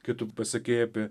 kai tu pasakei apie